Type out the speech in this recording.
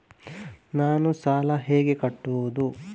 ನಾನು ಸಾಲ ಹೇಗೆ ಕಟ್ಟುವುದು?